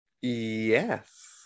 Yes